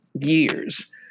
years